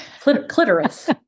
clitoris